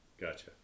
Gotcha